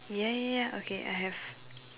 ya ya okay I have